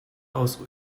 aus